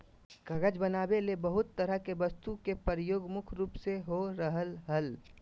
कागज बनावे ले बहुत तरह के वस्तु के प्रयोग मुख्य रूप से हो रहल हल